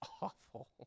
awful